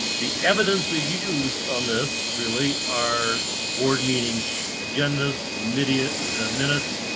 the evidence we've used on this really are the board meeting agendas them idiot the minutes,